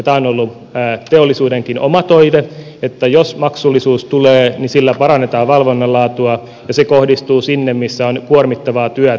tämä on ollut teollisuudenkin oma toive että jos maksullisuus tulee niin sillä parannetaan valvonnan laatua ja se kohdistuu sinne missä on kuormittavaa työtä